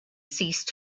ceased